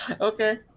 Okay